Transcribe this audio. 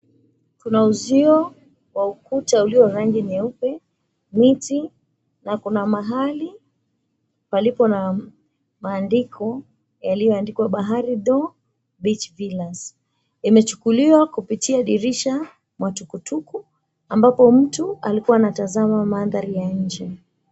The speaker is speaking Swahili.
Kuna uzio wa ukuta ulio rangi nyeupe, viti, na kuna mahali palipo na bandiko yaliyoandikwa Bahari though beach villas. Imechukuliwa kupitia dirisha mwa tuktuk ambapo mtu alikua anatazama mandhari ya nje.